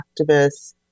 activists